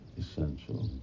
essential